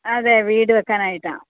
അതെ വീട് വെക്കാനായിട്ടാണ്